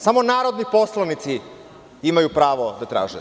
Samo narodni poslanici imaju da traže.